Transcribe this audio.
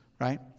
Right